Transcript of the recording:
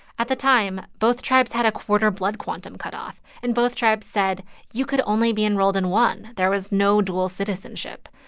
at the time, both tribes had a quarter blood quantum cut off and both tribes said you could only be enrolled in one. there was no dual citizenship.